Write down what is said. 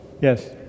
Yes